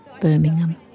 Birmingham